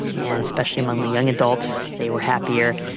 and, especially among the young adults, they were happier.